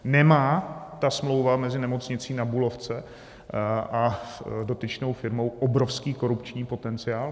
Nemá ta smlouva mezi Nemocnicí Na Bulovce a dotyčnou firmou obrovský korupční potenciál?